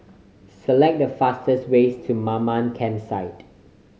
select the fastest ways to Mamam Campsite